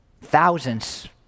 thousands